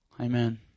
Amen